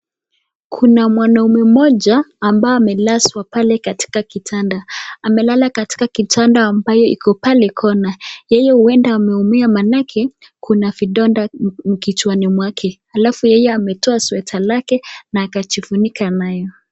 Kuna mwanaume mmoja ambaye amelazwa pale katika kitanda amelala katia kitanda ambaye iko pale corner yeye huenda ameumia manake kuna vidonda kichwani mwake alafu yeye ametoa sweater lake na akajifunika nayo.